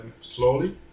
slowly